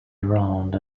around